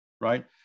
right